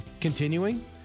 Continuing